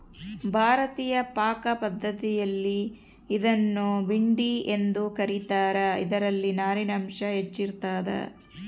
ಭಾರತೀಯ ಪಾಕಪದ್ಧತಿಯಲ್ಲಿ ಇದನ್ನು ಭಿಂಡಿ ಎಂದು ಕ ರೀತಾರ ಇದರಲ್ಲಿ ನಾರಿನಾಂಶ ಹೆಚ್ಚಿರ್ತದ